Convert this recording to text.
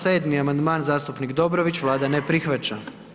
7. amandman zastupnik Dobrović, Vlada ne prihvaća.